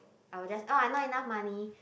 I will just oh I not enough money